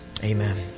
Amen